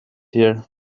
here